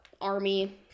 army